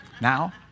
Now